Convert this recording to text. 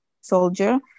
soldier